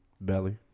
Belly